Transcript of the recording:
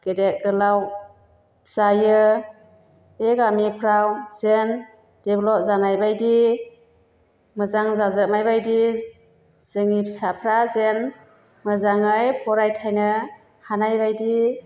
गेदेर गोलाव जायो बे गामिफ्राव जेन डेब्लप जानायबादि मोजां जाजानायबायदि जोंनि फिसाफ्रा जेन मोजाङै फरायथायनो हानायबायदि